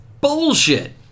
bullshit